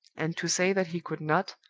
and to say that he could not,